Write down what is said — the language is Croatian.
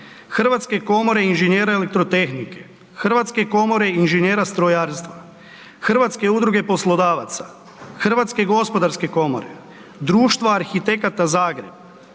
Hrvatske komore inženjera elektrotehnike, Hrvatske gospodarske komore, Hrvatske udruge poslodavaca, Hrvatskog saveza građevinskih inženjera, Društva arhitekata Zagreba,